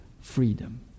freedom